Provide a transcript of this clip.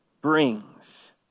brings